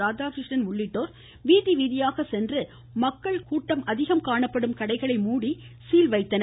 ராதாகிருஷ்ணன் உள்ளிட்டோர் வீதிவீதியாக சென்று மக்கள் கூட்டம் அதிகம் காணப்படும் கடைகளை மூடி சீல்வைத்தனர்